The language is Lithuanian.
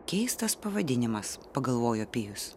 keistas pavadinimas pagalvojo pijus